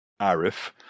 Arif